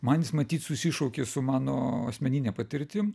man jis matyt susišaukė su mano asmenine patirtim